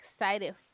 excited